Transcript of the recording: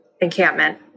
encampment